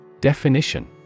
Definition